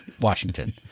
Washington